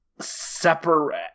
separate